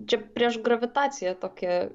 čia prieš gravitaciją tokie